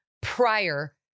prior